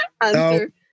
answer